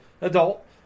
adult